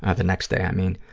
ah the next day, i mean,